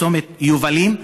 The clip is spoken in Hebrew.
בצומת יובלים,